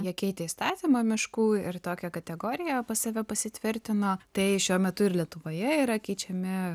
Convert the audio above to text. jie keitė įstatymą miškų ir tokią kategoriją pas save pasitvirtino tai šiuo metu ir lietuvoje yra keičiami